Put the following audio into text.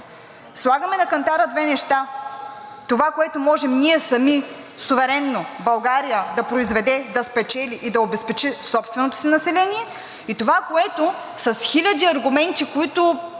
Слагаме на кантара две неща – това, което можем ние сами, суверенно България да произведе, да спечели и да обезпечи собственото си население, и това, което с хиляди аргументи, които